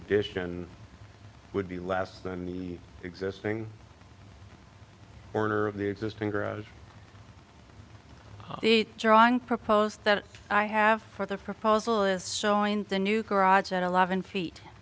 addition would be less than the existing order of the existing drawing proposed that i have for the proposal is showing the new garage at a live in feet